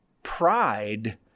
Pride